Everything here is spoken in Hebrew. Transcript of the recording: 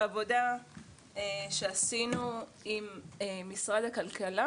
בעבודה שעשינו עם משרד הכלכלה,